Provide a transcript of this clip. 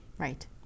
Right